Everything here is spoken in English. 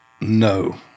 No